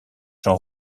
sont